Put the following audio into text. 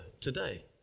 today